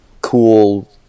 cool